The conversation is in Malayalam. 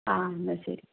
ആ എന്നാൽ ശരി